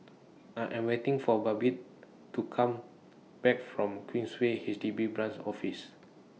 I Am waiting For Babette to Come Back from Queensway H D B Branch Office